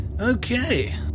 Okay